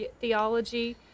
theology